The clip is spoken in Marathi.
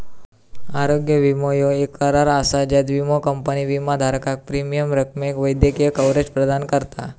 आरोग्य विमो ह्यो येक करार असा ज्यात विमो कंपनी विमाधारकाक प्रीमियम रकमेक वैद्यकीय कव्हरेज प्रदान करता